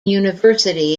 university